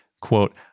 quote